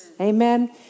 Amen